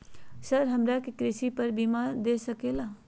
Sir हमरा के कृषि पर बीमा दे सके ला?